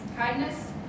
kindness